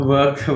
Work